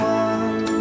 one